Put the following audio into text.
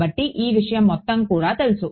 కాబట్టి ఈ విషయం మొత్తం కూడా తెలుసు